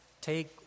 take